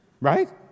right